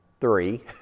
three